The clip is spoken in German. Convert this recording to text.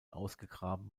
ausgegraben